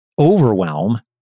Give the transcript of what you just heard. overwhelm